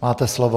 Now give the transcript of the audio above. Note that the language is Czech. Máte slovo.